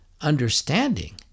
understanding